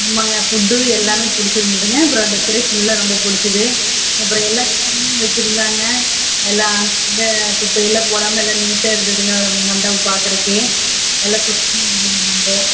ஆமாம்ங்க ஃபுட்டு எல்லாமே பிடிச்சிருந்துதுங்க அப்புறம் டெக்கரேஷன்லாம் ரொம்ப பிடிச்சிது அப்புறம் எல்லாத்தையுமே வச்சிருந்தாங்க எல்லா ஃபுட்டு குப்பை எல்லாம் போடாமல் எல்லா நீட்டாக இருந்துதுங்க மண்டபம் பார்க்குறதுக்கே எல்லாம் சுத்தம்